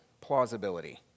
plausibility